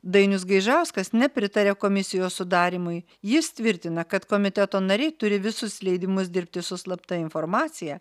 dainius gaižauskas nepritarė komisijos sudarymui jis tvirtina kad komiteto nariai turi visus leidimus dirbti su slapta informacija